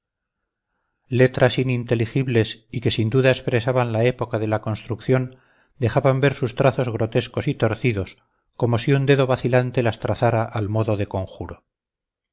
piedra letras ininteligibles y que sin duda expresaban la época de la construcción dejaban ver sus trazos grotescos y torcidos como si un dedo vacilante las trazara al modo de conjuro